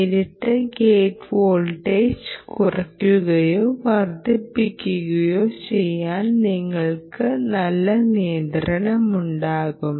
നേരിട്ട് gate voltage കുറയ്ക്കുകയോ വർദ്ധിപ്പിക്കുകയോ ചെയ്താൽ നിങ്ങൾക്ക് നല്ല നിയന്ത്രണമുണ്ടാകും